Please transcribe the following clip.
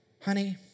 honey